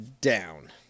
down